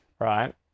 Right